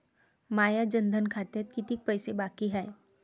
माया जनधन खात्यात कितीक पैसे बाकी हाय?